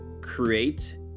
create